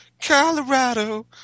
Colorado